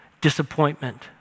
disappointment